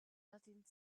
nothing